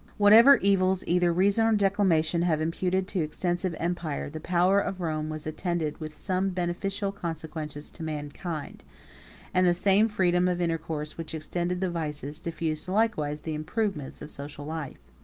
whatever evils either reason or declamation have imputed to extensive empire, the power of rome was attended with some beneficial consequences to mankind and the same freedom of intercourse which extended the vices, diffused likewise the improvements, of social life.